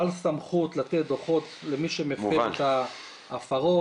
בעל סמכות לתת דוחות למי שמפר את ההפרות,